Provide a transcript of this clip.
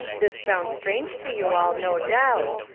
this sounds strange to you all, no doubt.